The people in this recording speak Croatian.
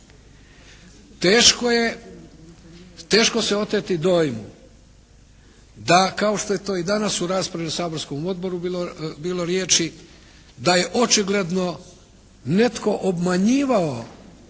teško se oteti dojmu da kao što je to i danas u raspravi u saborskom odboru bilo riječi da je očigledno netko obmanjivao